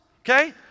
okay